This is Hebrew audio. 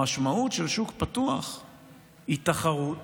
המשמעות של שוק פתוח היא תחרות